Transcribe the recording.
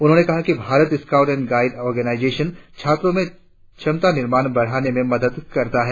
उन्होंने कहा कि Bharat scouts and guides organisation छात्रो में क्षमता निर्माण बढ़ाने में मदद करता है